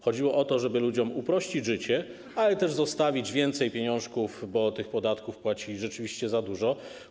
Chodziło o to, żeby ludziom uprościć życie, ale też zostawić więcej pieniędzy, bo podatków płacili rzeczywiście za dużo.